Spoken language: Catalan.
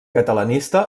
catalanista